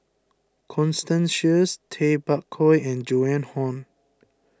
Constance Sheares Tay Bak Koi and Joan Hon